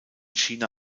china